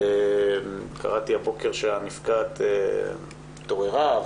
שהנפגעת התעוררה,